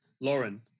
Lauren